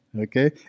Okay